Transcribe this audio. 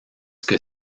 que